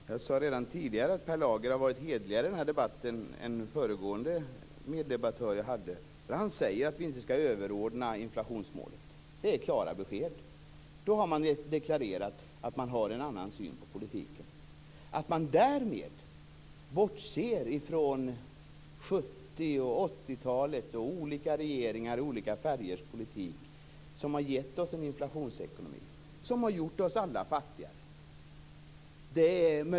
Fru talman! Jag sade redan tidigare att Per Lager har varit hederligare i den här debatten än min föregående meddebattör. Han säger att inflationsmålet inte skall överordnas. Det är klara besked. Då har man deklarerat att man har en avvikande syn på politiken. Man bortser därmed från den politik som förts under 70-talet och 80-talet under regeringar av olika färger. Den har givit oss en inflationsekonomi som har gjort oss alla fattiga.